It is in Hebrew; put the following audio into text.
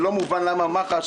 לא מובן למה מח"ש,